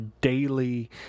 daily